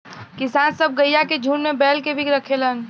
किसान सब गइया के झुण्ड में बैल के भी रखेलन